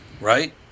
Right